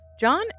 John